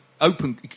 open